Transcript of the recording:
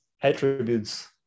attributes